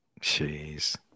Jeez